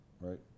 right